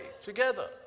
together